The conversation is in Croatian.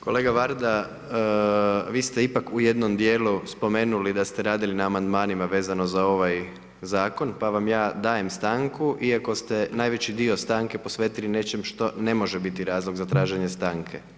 Kolega Varda vi se ipak u jednom dijelu spomenuli da ste radili na amandmanima vezano za ovaj zakon, pa vam ja dajem stanku iako ste najveći dio stanke posvetili nećem što ne može biti razlog za traženje stanke.